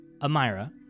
Amira